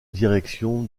direction